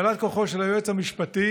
הגבלת כוחו של היועץ המשפטי